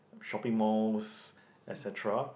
shopping malls et-cetera